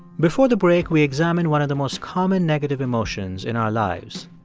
before the break, we examined one of the most common negative emotions in our lives,